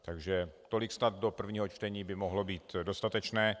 Takže tolik snad do prvního čtení může být dostatečné.